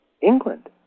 England